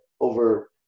over